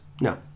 No